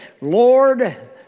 Lord